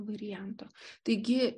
varianto taigi